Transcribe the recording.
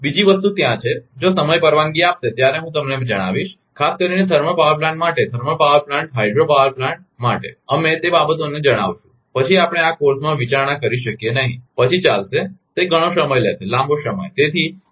બીજી વસ્તુ ત્યાં છે જો સમય પરવાનગી આપશે ત્યારે હું તમને જણાવીશ ખાસ કરીને થર્મલ પાવર પ્લાન્ટ માટે thermal power plant hydro power plant માટે અમે તે બાબતોને જણાવીશું પછી આપણે આ કોર્સમાં વિચારણા કરી શકીએ નહીં પછી ચાલશે તે ઘણો સમય લેશે લાંબો સમય